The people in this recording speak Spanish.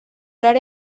orar